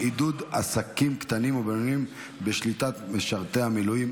עידוד עסקים קטנים ובינוניים בשליטת משרתי המילואים),